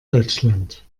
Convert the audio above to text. deutschland